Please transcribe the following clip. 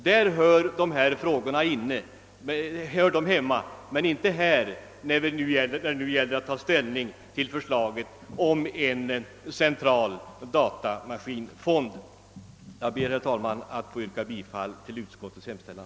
Där hör herr Hagnells resonemang hemma, inte i denna debatt som gäller förslaget om en central datamaskinfond. Herr talman! Jag ber att få yrka bifall till utskottets hemställan.